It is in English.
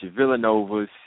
Villanovas